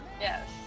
Yes